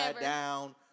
down